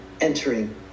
entering